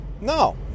No